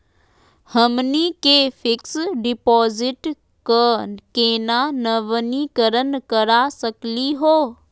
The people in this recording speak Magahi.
हमनी के फिक्स डिपॉजिट क केना नवीनीकरण करा सकली हो?